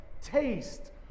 taste